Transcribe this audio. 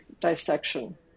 dissection